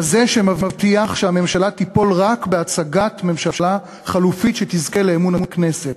כזה שמבטיח שהממשלה תיפול רק בהצגת ממשלה חלופית שתזכה לאמון הכנסת,